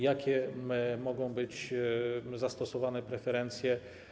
Jakie mogą być zastosowane preferencje?